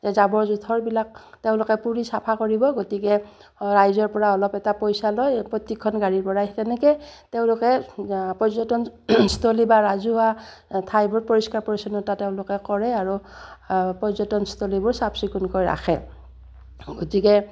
যে জাবৰ জোঁথৰবিলাক তেওঁলোকে পুৰি চাফা কৰিব গতিকে ৰাইজৰপৰা অলপ এটা পইচা লয় প্ৰত্যেকখন গাড়ীৰৰপৰাই সেই তেনেকৈয়ে তেওঁলোকে পৰ্যটন স্থলী বা ৰাজহুৱা ঠাইবোৰ পৰিষ্কাৰ পৰিচ্ছন্নতা তেওঁলোকে কৰে আৰু পৰ্যটনস্থলীবোৰ চাফ চিকুণকৈ ৰাখে গতিকে